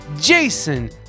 Jason